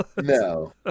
No